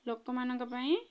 ଲୋକମାନଙ୍କ ପାଇଁ